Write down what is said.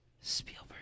Spielberg